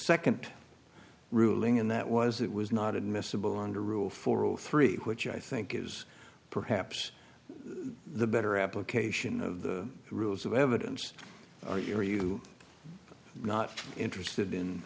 second ruling and that was it was not admissible under rule for rule three which i think is perhaps the better application of the rules of evidence are you are you not interested in